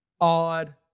odd